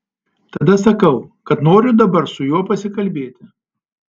tada sakau kad noriu dabar su juo pasikalbėti